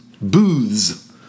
booths